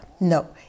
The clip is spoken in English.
No